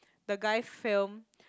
the guy filmed